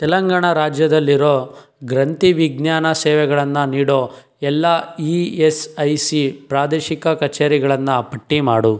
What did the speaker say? ತೆಲಂಗಾಣ ರಾಜ್ಯದಲ್ಲಿರೊ ಗ್ರಂಥಿ ವಿಜ್ಞಾನ ಸೇವೆಗಳನ್ನು ನೀಡೋ ಎಲ್ಲ ಇ ಎಸ್ ಸಿ ಪ್ರಾದೇಶಿಕ ಕಚೇರಿಗಳನ್ನು ಪಟ್ಟಿ ಮಾಡು